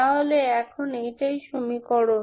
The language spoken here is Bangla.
তাহলে এখন এটাই সমীকরণ